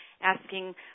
asking